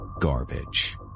Garbage